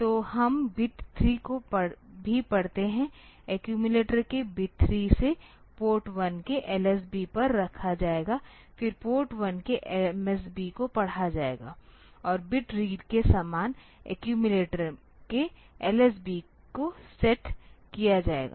तो हम बिट 3 को भी पढ़ते हैं एक्यूमिलेटर के बिट 3 से पोर्ट 1 के LSB पर रखा जाएगा फिर पोर्ट 1 के MSB को पढ़ा जाएगा और बिट रीड के समान एक्यूमिलेटर के LSB को सेट किया जाएगा